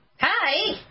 hi